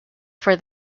for